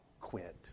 quit